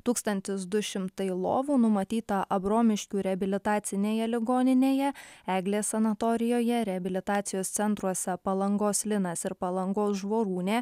tūkstantis du šimtai lovų numatyta abromiškių reabilitacinėje ligoninėje eglės sanatorijoje reabilitacijos centruose palangos linas ir palangos žvorūnė